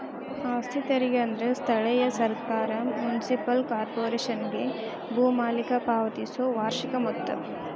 ಆಸ್ತಿ ತೆರಿಗೆ ಅಂದ್ರ ಸ್ಥಳೇಯ ಸರ್ಕಾರ ಮುನ್ಸಿಪಲ್ ಕಾರ್ಪೊರೇಶನ್ಗೆ ಭೂ ಮಾಲೇಕರ ಪಾವತಿಸೊ ವಾರ್ಷಿಕ ಮೊತ್ತ